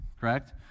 correct